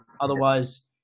otherwise